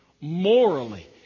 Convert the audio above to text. morally